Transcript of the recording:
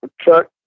Chuck